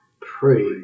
pray